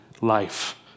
life